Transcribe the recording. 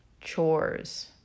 Chores